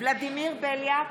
ולדימיר בליאק,